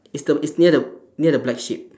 it's the it's near the near the black sheep